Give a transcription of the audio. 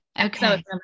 okay